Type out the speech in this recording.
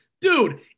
Dude